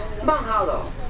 Mahalo